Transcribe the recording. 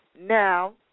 Now